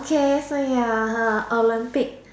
okay so you're a Olympic